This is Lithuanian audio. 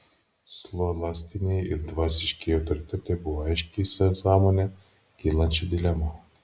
scholastiniai ir dvasiškieji autoritetai buvo aiškiai įsisąmoninę kylančią dilemą